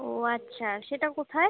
ও আচ্ছা সেটা কোথায়